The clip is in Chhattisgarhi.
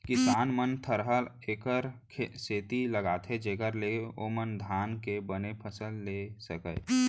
किसान मन थरहा एकर सेती लगाथें जेकर ले ओमन धान के बने फसल लेय सकयँ